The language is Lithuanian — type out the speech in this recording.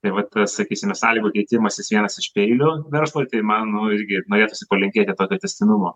tai vat sakysime sąlygų keitimasis vienas iš peilių verslui tai man nu irgi norėtųsi palinkėti tokio tęstinumo